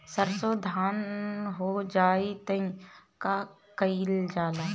सरसो धन हो जाई त का कयील जाई?